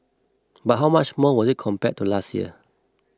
but how much more was it compared to last year